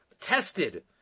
tested